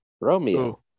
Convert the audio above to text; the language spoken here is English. Romeo